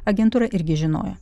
agentūra irgi žinojo